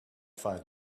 five